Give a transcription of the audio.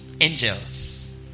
angels